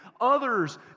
Others